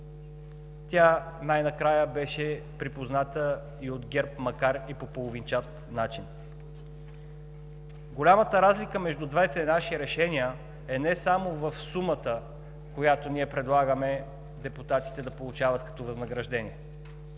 тя най-накрая беше припозната и от ГЕРБ, макар и по половинчат начин. Голямата разлика между двете наши решения е не само в сумата, която ние предлагаме депутатите да получават като възнаграждения,